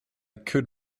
could